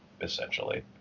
essentially